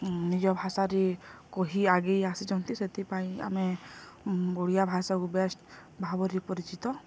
ନିଜ ଭାଷାରେ କହି ଆଗେଇ ଆସିଛନ୍ତି ସେଥିପାଇଁ ଆମେ ଓଡ଼ିଆ ଭାଷାକୁ ବେଷ୍ଟ୍ ଭାବରେ ପରିଚିତ